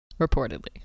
reportedly